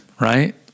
Right